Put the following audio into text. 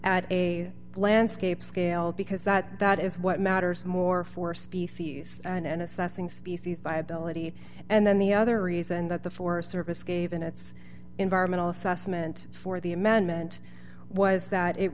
at a landscape scale because that that is what matters more forest and in assessing species viability and then the other reason that the forest service gave in its environmental assessment for the amendment was that it